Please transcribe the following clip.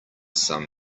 sum